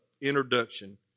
introduction